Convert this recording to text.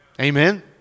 Amen